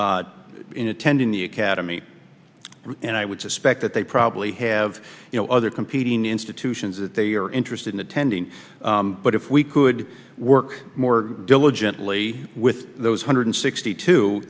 in attending the academy and i would suspect that they probably have you know other competing institutions that they are interested in attending but if we could work more diligently with those hundred sixty two